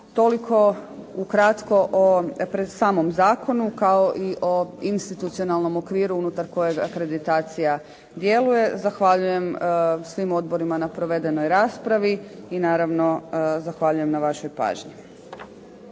Toliko ukratko o samom zakonu kao i o institucionalnom okviru unutar kojeg akreditacija djeluje. Zahvaljujem svim odborima na provedenoj raspravi i naravno zahvaljujem na vašoj pažnji.